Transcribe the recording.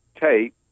tape